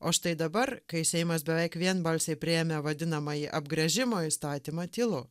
o štai dabar kai seimas beveik vienbalsiai priėmė vadinamąjį apgręžimo įstatymą tylu